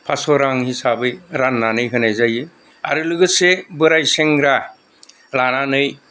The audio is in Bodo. फास' रां हिसाबै राननानै होनाय जायो आरो लोगोसे बोराय सेंग्रा लानानै